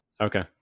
Okay